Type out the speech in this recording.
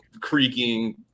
Creaking